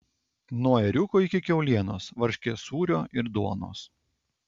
nuo ėriuko iki kiaulienos varškės sūrio ir duonos